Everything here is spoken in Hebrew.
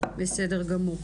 בסדר גמור.